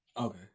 Okay